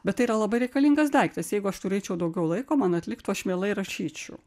bet tai yra labai reikalingas daiktas jeigu aš turėčiau daugiau laiko man atliktų aš mielai rašyčiau